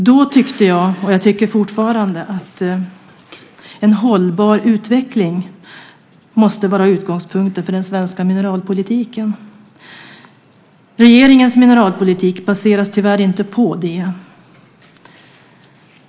Då tyckte jag, och jag tycker det fortfarande, att en hållbar utveckling måste vara utgångspunkten för den svenska mineralpolitiken. Regeringens mineralpolitik baseras tyvärr inte på detta.